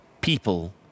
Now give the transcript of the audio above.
people